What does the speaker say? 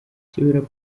cyubahiro